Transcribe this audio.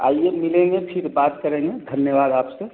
आइए मिलेंगे फिर बात करेंगे धन्यवाद आपसे